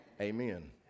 Amen